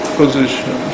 position